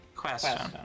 Question